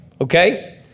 Okay